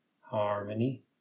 harmony